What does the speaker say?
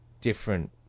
different